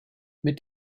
mit